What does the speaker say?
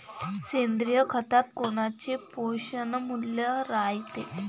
सेंद्रिय खतात कोनचे पोषनमूल्य रायते?